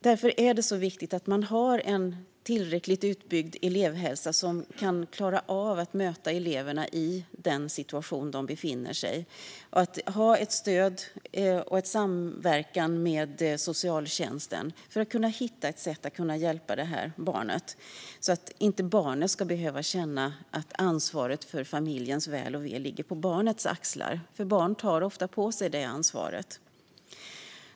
Därför är det mycket viktigt att man har en tillräckligt utbyggd elevhälsa som kan klara av att möta eleverna i den situation de befinner sig i och att man har ett stöd från och samverkan med socialtjänsten. Det handlar om att hitta sätt att hjälpa barnet, så att barnet inte ska behöva känna att ansvaret för familjens väl och ve ligger på de egna axlarna. Barn tar nämligen ofta på sig det ansvaret.